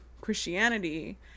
christianity